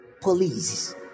police